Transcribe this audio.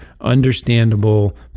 understandable